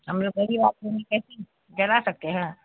ہم لوگ غریب آدمی ہیں کیسے جلا سکتے ہیں